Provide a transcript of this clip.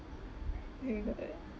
oh my god